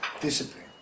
discipline